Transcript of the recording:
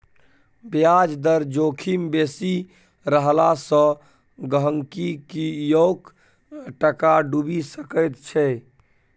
ब्याज दर जोखिम बेसी रहला सँ गहिंकीयोक टाका डुबि सकैत छै